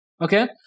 okay